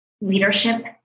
Leadership